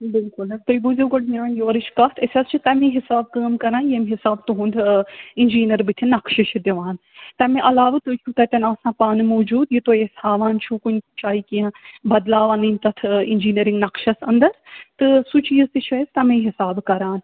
بِلکُل حَظ تُہۍ بوٗزِو گۄڈٕ میٛٲنۍ یورٕچ کَتھ أسۍ حَظ چھِ تَمے حِساب کٲم کَران ییٚمہِ حِسابہٕ تُہُنٛد اِنجیٖنر بُتھِِ نَقشہِ چھُ دِوان تَمہِ علاوٕ تُہۍ چھُو تَتٮ۪ن آسان پانہٕ موٗجوٗد یہِ تُہۍ أسۍ ہاوان چھُو کُنہِ شایہِ کینٛہہ بَدلاوٕنۍ تَتھ اِنجیٖنرِنٛگ نَقشَس انٛدر تہٕ سُہ چیٖز تہِ چھُ أسۍ تَمے حِساب کَران